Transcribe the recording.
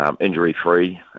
injury-free